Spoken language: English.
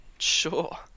Sure